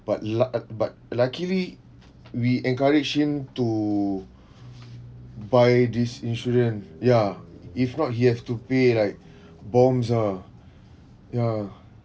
but luc~ but luckily we encourage him to buy these insurance ya if not he have to pay like bombs ah ya